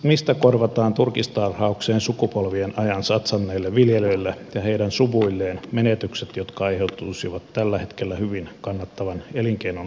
mistä korvataan turkistarhaukseen sukupolvien ajan satsanneille tarhaajille ja heidän suvuilleen menetykset jotka aiheutuisivat tällä hetkellä hyvin kannattavan elinkeinon lakkauttamisesta